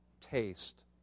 taste